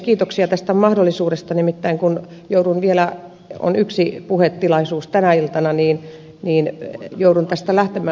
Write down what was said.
kiitoksia tästä mahdollisuudesta kun minulla nimittäin on vielä yksi puhetilaisuus tänä iltana niin että joudun tästä lähtemään